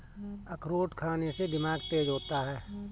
अखरोट खाने से दिमाग तेज होता है